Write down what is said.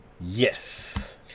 Yes